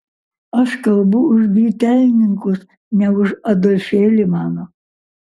aš kalbu už grytelninkus ne už adolfėlį mano